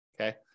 okay